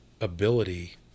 ability